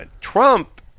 Trump